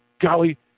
golly